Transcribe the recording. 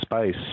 space